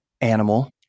animal